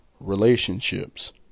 relationships